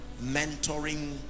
mentoring